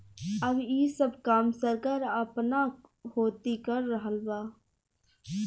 अब ई सब काम सरकार आपना होती कर रहल बा